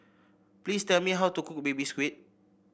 please tell me how to cook Baby Squid